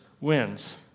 wins